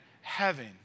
heaven